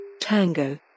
Tango